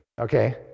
okay